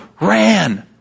Ran